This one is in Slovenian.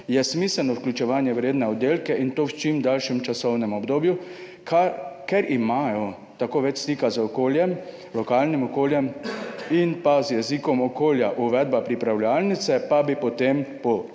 je smiselno vključevanje v redne oddelke, in to v čim daljšem časovnem obdobju, ker imajo tako več stika z okoljem, lokalnim okoljem, in pa z jezikom okolja.« Uvedba pripravljalnice pa bi potem po